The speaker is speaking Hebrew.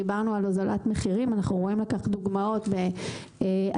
דיברנו על הוזלת מחירים ואנחנו לכך דוגמאות באתרים,